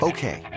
Okay